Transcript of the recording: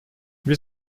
wie